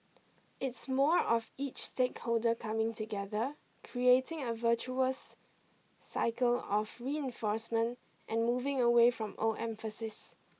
it's more of each stakeholder coming together creating a virtuous cycle of reinforcement and moving away from old emphases